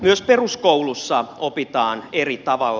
myös peruskoulussa opitaan eri tavalla